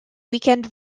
weekend